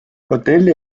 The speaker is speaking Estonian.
hotelli